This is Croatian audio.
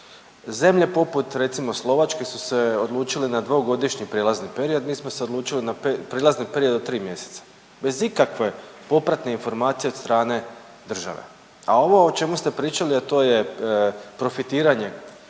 Zemlje poput recimo Slovačke su se odlučile na dvogodišnji prijelazni period, mi smo se odlučili na prijelazni period od tri mjeseca bez ikakve popratne informacije od strane države. A ovo o čemu ste pričali, a to je profitiranje